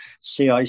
CIC